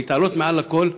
להתעלות מעל הכול,